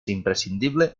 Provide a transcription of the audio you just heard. imprescindible